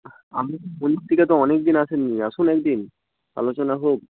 আপনি তো এদিকে অনেকদিন আসেন নি আসুন একদিন আলোচনা হোক